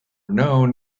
known